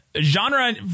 genre